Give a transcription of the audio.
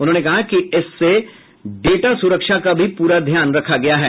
उन्होंने कहा कि इसमें डेटा सुरक्षा का भी पूरा ध्यान रखा गया है